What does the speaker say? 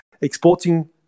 exporting